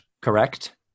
correct